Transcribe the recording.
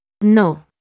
No